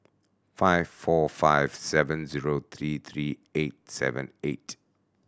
five four five seven zero three three eight seven eight